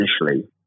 initially